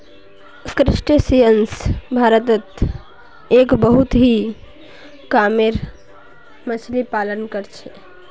crustaceans भारतत एक बहुत ही कामेर मच्छ्ली पालन कर छे